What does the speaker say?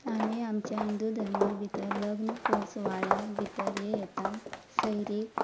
आमी आमच्या हिंदू धर्मा भितर लग्न सुवाळ्या भितर हें येता सैरीक